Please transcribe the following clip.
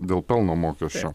dėl pelno mokesčio